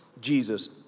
Jesus